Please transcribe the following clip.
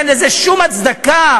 אין לזה שום הצדקה,